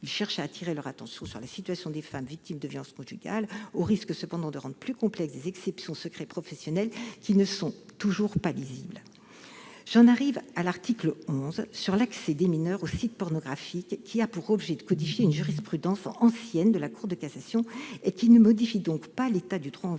il cherche à attirer leur attention sur la situation des femmes victimes de violences conjugales, au risque cependant de rendre plus complexes des exceptions au secret professionnel qui ne sont déjà pas toujours lisibles. J'en arrive à l'article 11 sur l'accès des mineurs aux sites pornographiques, qui a pour objet de codifier une jurisprudence ancienne de la Cour de cassation et qui ne modifie donc pas l'état du droit en vigueur.